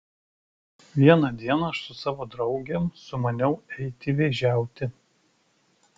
vieną dieną aš su savo draugėm sumaniau eiti vėžiauti